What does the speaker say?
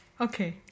Okay